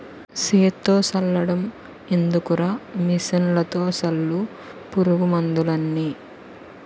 సేత్తో సల్లడం ఎందుకురా మిసన్లతో సల్లు పురుగు మందులన్నీ